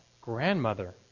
grandmother